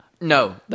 No